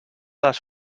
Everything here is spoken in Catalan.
las